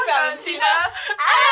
Valentina